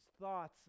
thoughts